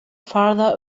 farther